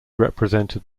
represented